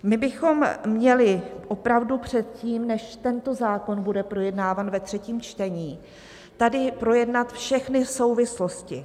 My bychom měli opravdu předtím, než tento zákon bude projednáván ve třetím čtení, tady projednat všechny souvislosti.